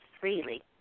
freely